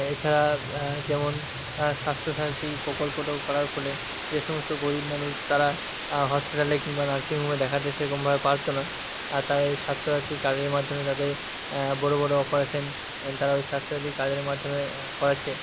এছাড়া যেমন স্বাস্থ্য সাথী প্রকল্পটাও করার ফলে যে সমস্ত গরিব মানুষ তারা হসপিটালে কিংবা নার্সিং হোমে দেখাতে সেরকমভাবে পারতো না আর তারা এই স্বাস্থ্য সাথী কার্ডের মাধ্যমে তাদের বড়ো বড়ো অপারেশান তারা ওই স্বাস্থ্য সাথী কার্ডের মাধ্যমে করাচ্ছে